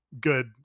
good